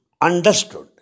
understood